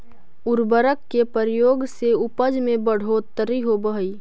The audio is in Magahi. उर्वरक के प्रयोग से उपज में बढ़ोत्तरी होवऽ हई